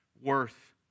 worth